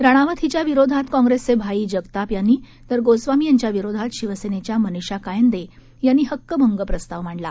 रनौत हिच्या विरोधात काँग्रेसचे भाई जगताप यांनी तर गोस्वामी यांच्या विरोधात शिवसेनेच्या मनीषा कायंदे यांनी हक्कभंग प्रस्ताव मांडला